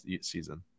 season